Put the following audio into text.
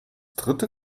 dritte